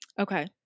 Okay